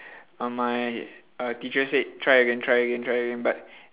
uh my uh teacher said try again try again try again but